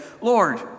Lord